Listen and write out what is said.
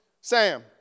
Sam